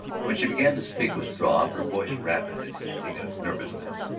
when she began to speak with struve, her voice rapid and hinting at nervousness,